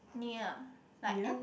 [nia] like N